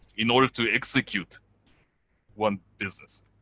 in order to execute one business.